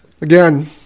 Again